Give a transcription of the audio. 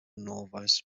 novice